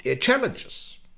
challenges